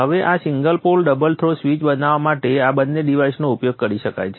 હવે આ single pole double throw switch બનાવવા માટે આ બંને ડિવાઇસનો ઉપયોગ કરી શકાય છે